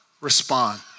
respond